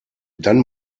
dann